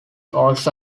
also